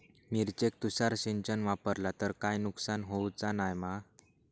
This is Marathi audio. मिरचेक तुषार सिंचन वापरला तर काय नुकसान होऊचा नाय मा?